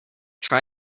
try